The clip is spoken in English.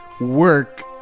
work